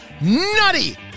Nutty